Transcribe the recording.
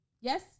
Yes